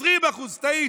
20%, טעיתי.